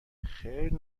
خیر